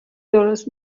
درست